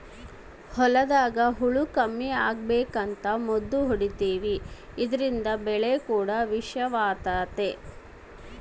ಹೊಲದಾಗ ಹುಳ ಕಮ್ಮಿ ಅಗಬೇಕಂತ ಮದ್ದು ಹೊಡಿತಿವಿ ಇದ್ರಿಂದ ಬೆಳೆ ಕೂಡ ವಿಷವಾತತೆ